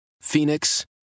Phoenix